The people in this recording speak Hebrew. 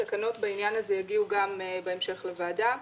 התקנות בעניין הזה יגיעו בהמשך לוועדה.